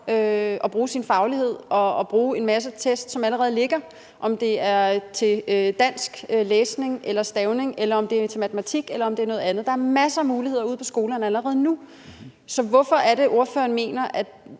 at bruge sin faglighed og bruge en masse test, som allerede ligger der – om det er til dansk læsning eller stavning, eller om det er til matematik, eller om det er til noget andet. Der er masser af muligheder ude på skolerne allerede nu. Så hvorfor er det, ordføreren mener, at